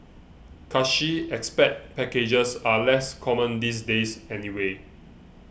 cushy expat packages are less common these days anyway